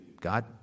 God